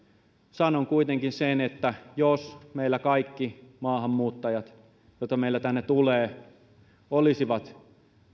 sanon kuitenkin sen että jos meillä kaikki maahanmuuttajat joita meille tänne tulee olisivat